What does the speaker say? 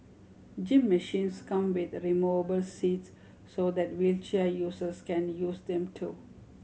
gym machines come with removable seats so that wheelchair users can use them too